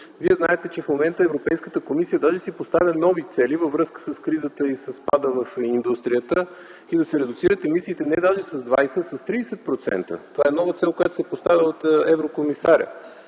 вие знаете, че в момента Европейската комисия даже си поставя нови цели във връзка с кризата и спада на индустрията. И да се редуцират емисиите даже не с 20, а с 30%. Това е нова цел, която се поставя от еврокомисаря.